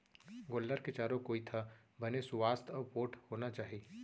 गोल्लर के चारों कोइत ह बने सुवास्थ अउ पोठ होना चाही